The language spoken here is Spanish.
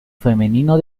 femenino